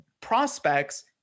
prospects